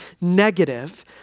negative